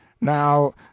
Now